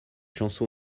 chanson